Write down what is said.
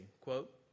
quote